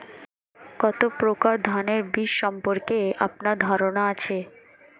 কত প্রকার ধানের বীজ সম্পর্কে আপনার ধারণা আছে?